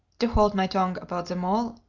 to hold my tongue about them all?